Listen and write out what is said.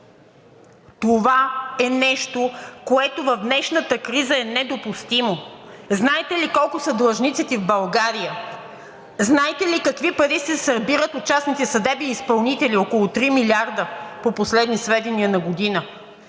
Това е нещо, което в днешната криза е недопустимо. Знаете ли колко са длъжниците в България? Знаете ли какви пари се събират от частните съдебни изпълнители – около 3 милиарда на година, по последни сведения. Не